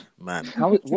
man